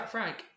Frank